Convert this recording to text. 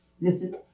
listen